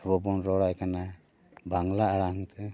ᱟᱵᱚ ᱵᱚᱱ ᱨᱚᱲᱟᱭ ᱠᱟᱱᱟ ᱵᱟᱝᱞᱟ ᱟᱲᱟᱝ ᱛᱮ